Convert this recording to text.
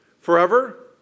forever